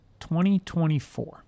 2024